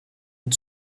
and